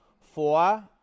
Four